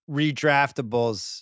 redraftables